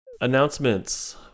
Announcements